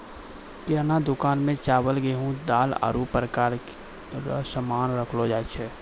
किराना दुकान मे चावल, गेहू, दाल, आरु प्रकार रो सामान राखलो जाय छै